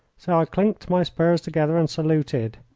so i clinked my spurs together and saluted.